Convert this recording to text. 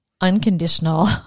unconditional